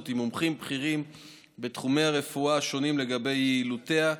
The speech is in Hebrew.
עם מומחים בכירים בתחומי הרפואה השונים לגבי יעילותה,